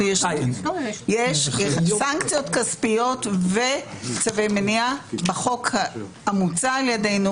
יש סנקציות כספיות וצווי מניעה בחוג המוצע על ידנו,